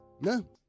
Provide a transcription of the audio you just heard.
No